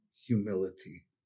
humility